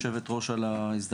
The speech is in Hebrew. יושבת ראש הוועדה על ההזדמנות.